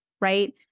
right